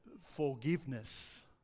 Forgiveness